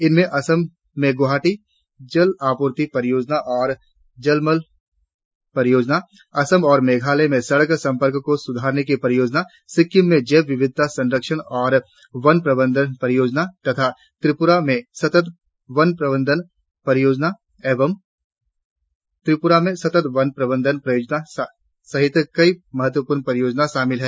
इनमें असम में गुवाहाटी जल आपूर्ति परियोजना और जलमल परियोजना असम और मेघालय में सड़क संपर्क को सुधारने की परियोजना सिक्किम में जैव विविधता संरक्षण और वन प्रबंधन परियोजना तथा त्रिप्रा में सतत वन प्रबंधन परियोजना तथा त्रिपुरा में सतत वन प्रबंधन परियोजना सहित कइ महत्वपूर्ण परियोजनाएं शामिल है